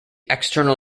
external